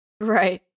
Right